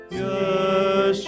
yes